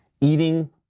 eating